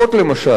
למשל,